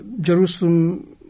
Jerusalem